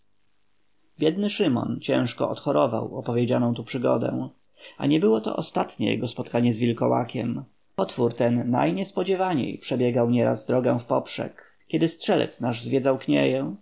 biedny szymon ciężko odchorował opowiedzianą tu przygodę a nie było to ostatnie jego spotkanie z wilkołakiem potwór ten najniespodziewaniej przebiegał nieraz drogę wpoprzek kiedy strzelec nasz zwiedzał knieję